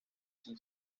sin